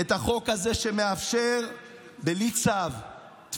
העברנו את החוק הזה שבלי צו מאפשר